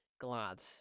glad